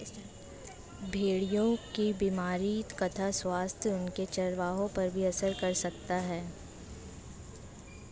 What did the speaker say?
भेड़ों की बीमारियों तथा स्वास्थ्य उनके चरवाहों पर भी असर कर सकता है